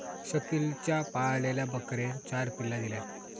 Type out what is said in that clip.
शकिलच्या पाळलेल्या बकरेन चार पिल्ला दिल्यान